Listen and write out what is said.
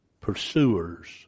pursuers